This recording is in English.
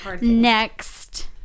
Next